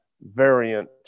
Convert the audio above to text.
variant